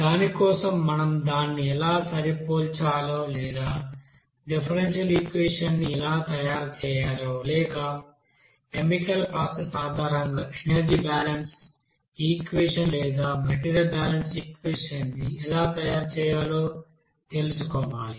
దాని కోసం మనం దాన్ని ఎలా సరిపోల్చాలో లేదా డిఫరెన్షియల్ ఈక్వెషన్ ని ఎలా తయారు చేయాలో లేదా కెమికల్ ప్రాసెస్ ఆధారంగా ఎనర్జీ బాలన్స్ ఈక్వెషన్ లేదా మెటీరియల్ బ్యాలెన్స్ ఈక్వెషన్ ని ఎలా తయారు చేయాలో తెలుసుకోవాలి